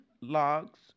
logs